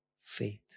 faith